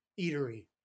eatery